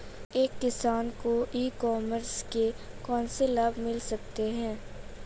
एक किसान को ई कॉमर्स के कौनसे लाभ मिल सकते हैं?